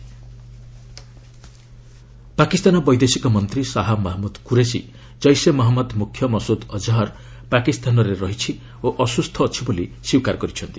ପାକ୍ ଅଜ୍ହର୍ ପାକିସ୍ତାନ ବୈଦେଶିକ ମନ୍ତ୍ରୀ ଶହା ମହଞ୍ମୁଦ୍ କୁରେସି ଜେସେ ମହଞ୍ମଦ ମୁଖ୍ୟ ମସୁଦ ଅଜ୍ହର୍ ପାକିସ୍ତାନରେ ଅଛି ଓ ଅସୁସ୍ଥ ରହିଛି ବୋଲି ସ୍ୱୀକାର କରିଛନ୍ତି